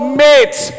mates